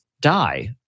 die